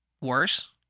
worse